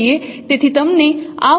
તેથી તમને આ ફોર્મમાં સમીકરણ મળશે